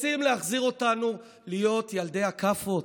רוצים להחזיר אותנו להיות ילדי הכאפות,